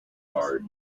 heart